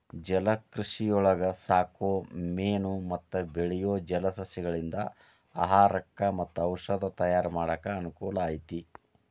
ಜಲಕೃಷಿಯೊಳಗ ಸಾಕೋ ಮೇನು ಮತ್ತ ಬೆಳಿಯೋ ಜಲಸಸಿಗಳಿಂದ ಆಹಾರಕ್ಕ್ ಮತ್ತ ಔಷದ ತಯಾರ್ ಮಾಡಾಕ ಅನಕೂಲ ಐತಿ